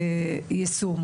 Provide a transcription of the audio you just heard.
רבות.